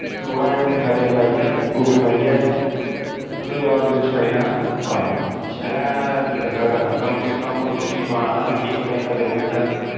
थोह्ड़ा जेहा मिट्ठा तेल पाइयै गुड़ पाईयै ओह्दै बाद ओह्दै च पाई ओड़ना पानी शैल गड़काना कम स कम उसी पाना इक घैंटा दो घैंटा